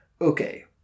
Okay